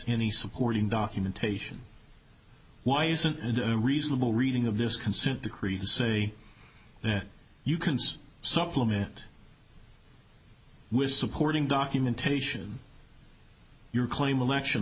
any supporting documentation why isn't reasonable reading of this consent decree to say that you can supplement with supporting documentation your claim election